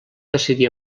decidir